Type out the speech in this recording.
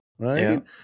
Right